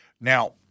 Now